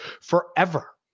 forever